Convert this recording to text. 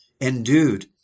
endued